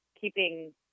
keeping